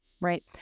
right